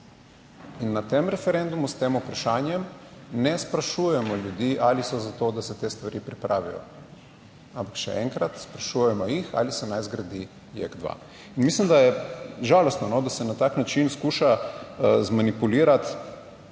In na tem referendumu s tem vprašanjem ne sprašujemo ljudi ali so za to, da se te stvari pripravijo, ampak še enkrat, sprašujemo jih, ali se naj zgradi objekt JEK2. Mislim, da je žalostno, da se na tak način skuša zmanipulirati